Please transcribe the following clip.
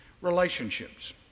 relationships